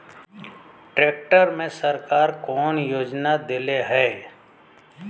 Tractor मे सरकार कवन योजना देले हैं?